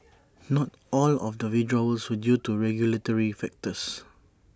not all of the withdrawals were due to regulatory factors